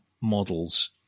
models